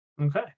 Okay